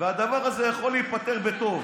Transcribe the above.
הדבר הזה יכול להיפתר בטוב